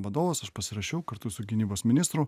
vadovas aš pasirašiau kartu su gynybos ministru